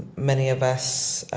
many of us